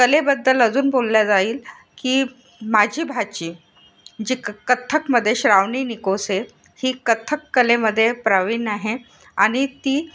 कलेबद्दल अजून बोलल्या जाईल की माझी भाची जी क कथ्थकमध्ये श्रावणी निकोसे ही कथ्थक कलेमध्ये प्रविण आहे आणि ती